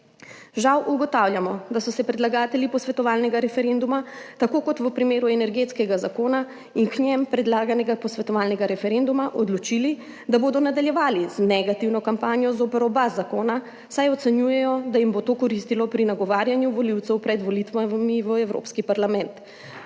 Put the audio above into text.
Žal ugotavljamo, da so se predlagatelji posvetovalnega referenduma tako kot v primeru Energetskega zakona in k njemu predlaganega posvetovalnega referenduma odločili, da bodo nadaljevali z negativno kampanjo zoper oba zakona, saj ocenjujejo, da jim bo to koristilo pri nagovarjanju volivcev pred volitvami v Evropski parlament.